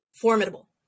formidable